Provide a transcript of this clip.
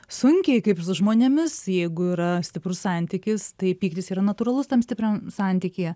sunkiai kaip su žmonėmis jeigu yra stiprus santykis tai pyktis yra natūralus tam stipriam santykyje